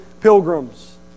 pilgrims